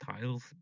tiles